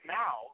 now